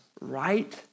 right